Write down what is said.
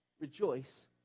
Rejoice